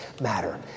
matter